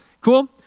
Cool